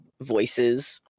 voices